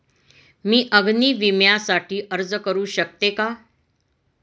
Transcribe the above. मी अग्नी विम्यासाठी अर्ज करू शकते का?